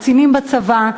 קצינים בצבא,